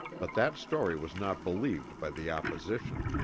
but that story was not believed by the opposition.